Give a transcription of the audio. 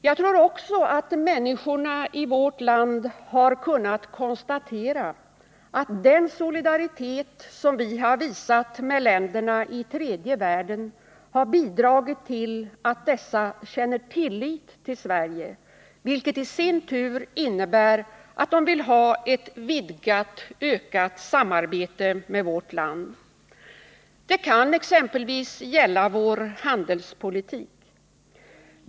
Jag tror också att människorna i vårt land har kunnat konstatera att den solidaritet som vi har visat med länderna i tredje världen har bidragit till att dessa känner tillit till Sverige, vilket i sin tur innebär att de vill ha ett vidgat samarbete med vårt land. Det kan exempelvis gälla vår handelspolitik.